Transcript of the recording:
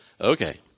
Okay